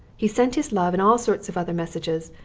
he sent his love and all sorts of other messages.